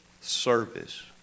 service